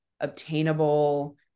obtainable